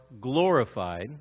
glorified